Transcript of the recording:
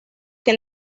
que